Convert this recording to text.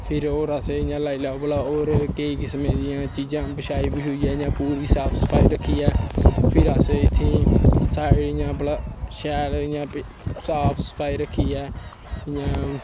फिर होर इ'यां लाई लाओ केईं किसमें दियां चीजां बछाई बछूइयै इ'यां साफ सफाई रक्खियै फिर इत्थै शैल इ'यां साफ सफाई रक्खियै इ'यां